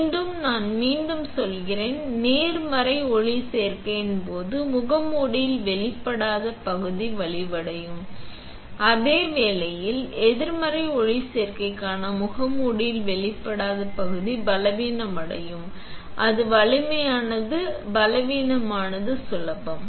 மீண்டும் நான் மீண்டும் சொல்கிறேன் நேர்மறை ஒளிச்சேர்க்கையின் போது முகமூடியில் வெளிப்படாத பகுதி வலுவடையும் அதே வேளையில் எதிர்மறை ஒளிச்சேர்க்கைக்கான முகமூடியில் வெளிப்படாத பகுதி பலவீனமடையும் அது வலிமையானது பலவீனமானது சுலபம்